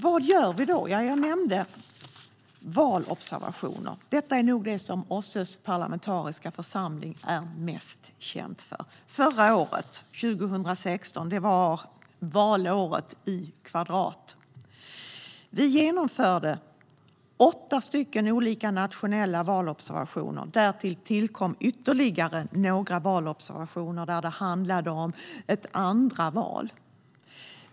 Vad gör vi då? Jag nämnde valobservationer, som nog är det som OSSE:s parlamentariska församling är mest känd för. Förra året, 2016, var valåret i kvadrat. Vi genomförde åtta nationella valobservationer. Därtill kom ytterligare några valobservationer som handlade om ett andra val.